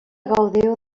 gaudiu